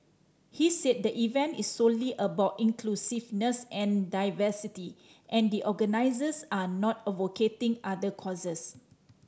he said the event is solely about inclusiveness and diversity and the organisers are not advocating other causes